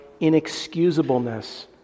inexcusableness